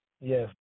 yes